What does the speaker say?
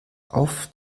auf